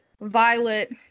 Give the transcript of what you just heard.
Violet